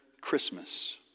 Christmas